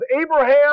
Abraham